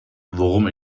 worum